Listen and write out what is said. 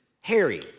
Harry